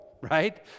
right